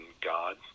God